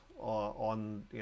on